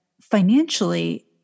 financially